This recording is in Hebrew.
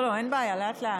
אין בעיה, לאט-לאט.